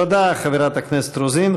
תודה, חברת הכנסת רוזין.